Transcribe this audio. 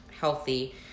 healthy